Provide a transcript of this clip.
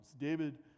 David